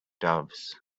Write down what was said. doves